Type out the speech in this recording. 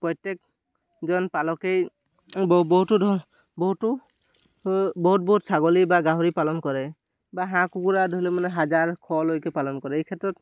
প্ৰত্যেকজন পালকেই বহুতো ধৰক বহুতো বহুত বহুত ছাগলী বা গাহৰি পালন কৰে বা হাঁহ কুকুৰা ধৰি লওক মানে হাজাৰ শলৈকে পালন কৰে এই ক্ষেত্ৰত